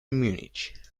múnich